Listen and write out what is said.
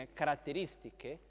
caratteristiche